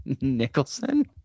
Nicholson